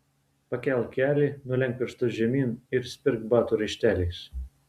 pakelk kelį nulenk pirštus žemyn ir spirk batų raišteliais